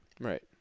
Right